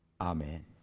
Amen